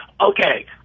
Okay